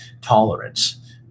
tolerance